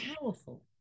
powerful